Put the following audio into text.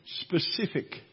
specific